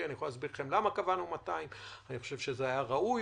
ואני יכול להסביר לכם למה קבענו 200. אני חושב שזה היה ראוי,